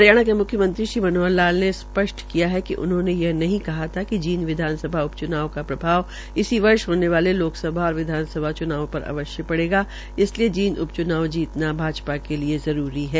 हरियाणा के मुख्यमंत्री श्री मनोहर लाल ने स्पष्ट किया है उन्होंने यह नहीं कहा था कि जींद विधानसभा उपच्नाव का प्रभाव इसी वर्ष होने वाले लोकसभा और विधानसभा च्नावों पर अवश्य पड़ेगा इसलिये जींद उप च्नाव जीतना भाजपा के लिये जरूरी है